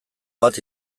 bat